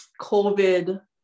COVID